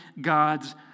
God's